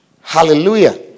Hallelujah